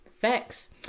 Facts